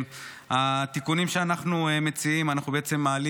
התיקונים שאנחנו מציעים: אנחנו בעצם מעלים